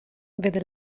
vede